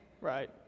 right